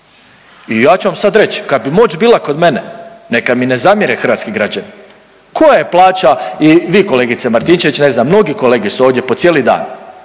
I ja ću vam sad reć, kad bi moć bila kod mene, neka mi ne zamjene hrvatski građani, koja plaća, i vi kolegice Martinčević, ne znam, mnogi kolege su ovdje po cijeli dan,